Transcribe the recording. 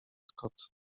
scott